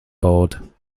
board